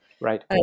Right